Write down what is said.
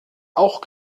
auch